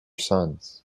sons